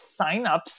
signups